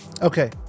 okay